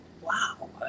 wow